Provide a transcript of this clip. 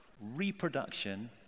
reproduction